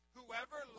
Whoever